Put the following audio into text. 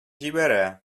җибәрә